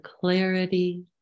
clarity